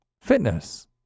fitness